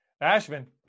Ashman